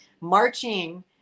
marching